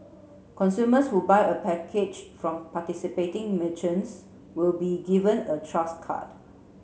consumers who buy a package from participating merchants will be given a Trust card